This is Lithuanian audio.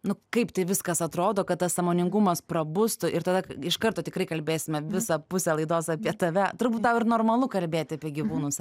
nu kaip tai viskas atrodo kad tas sąmoningumas prabustų ir tada iš karto tikrai kalbėsime visą pusę laidos apie tave turbūt tau ir normalu kalbėti apie gyvūnus